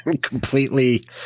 completely